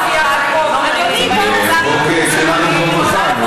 אבל החוק שלנו כבר מוכן.